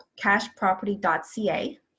cashproperty.ca